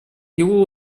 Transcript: его